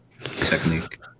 technique